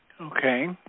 Okay